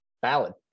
Valid